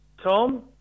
Tom